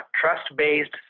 trust-based